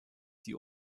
die